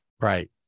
right